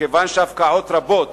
מכיוון שהפקעות רבות